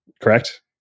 Correct